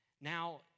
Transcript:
Now